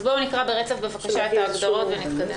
אז בואו נקרא ברצף בבקשה את ההגדרות ונתקדם.